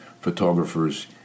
photographers